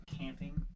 camping